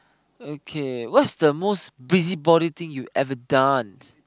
okay what's the most busybody thing you ever done